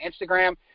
Instagram